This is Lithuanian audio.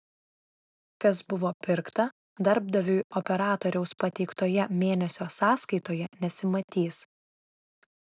kas buvo pirkta darbdaviui operatoriaus pateiktoje mėnesio sąskaitoje nesimatys